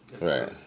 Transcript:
Right